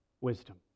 wisdom